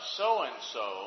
so-and-so